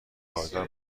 پایدار